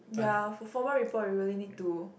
ya for formal report you really need to